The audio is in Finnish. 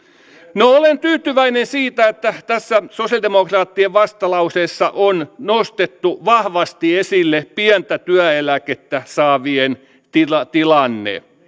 no olen tyytyväinen siitä että tässä sosiaalidemokraattien vastalauseessa on nostettu vahvasti esille pientä työeläkettä saavien tilanne tilanne